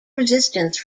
resistance